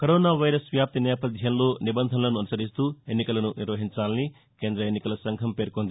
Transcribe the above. corona virus వ్యాప్తి నేపథ్యంలో నిబంధనలను అనుసరిస్తూ ఎన్నికలను నిర్వహించాలని కేంద్ర ఎన్నికల సంఘం పేర్కొంది